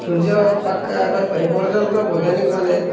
ସୂର୍ଯ୍ୟ ପାଖ୍କେ ଆମେ ଏପର୍ଯ୍ୟନ୍ତ ବୈଜ୍ଞାନିକ ମାନେ